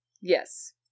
Yes